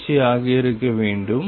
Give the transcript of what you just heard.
தொடர்ச்சியாக இருக்க வேண்டும்